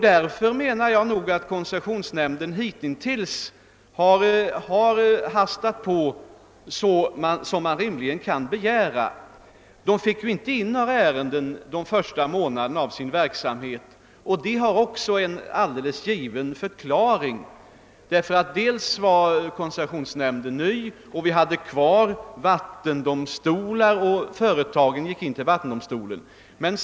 Därför menar jag att koncessionsnämnden hitintills har arbetat så snabbt som man rimligen kan begära. Nämnden fick inte in några ärenden under de första månaderna av sin verksamhet. Detta har också en alldeles given förklaring. Koncessionsnämnden var ju ny, och vi hade kvar vattendomstolar, och företagens framställningar gick till dessa.